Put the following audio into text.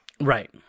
Right